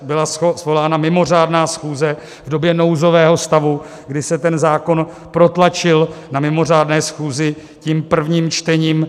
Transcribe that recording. Byla svolána mimořádná schůze v době nouzového stavu, kdy se ten zákon protlačil na mimořádné schůzi tím prvním čtením.